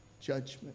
judgment